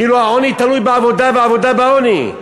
כאילו העוני תלוי בעבודה והעבודה בעוני?